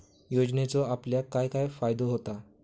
योजनेचो आपल्याक काय काय फायदो होता?